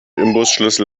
imbusschlüssel